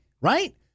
right